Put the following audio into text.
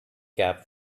cap